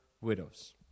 widows